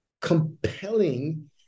compelling